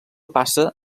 passa